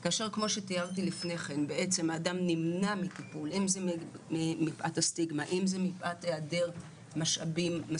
שבסופו של דבר גם צריך שיהיו את הכדורים הכי טובים.